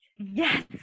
Yes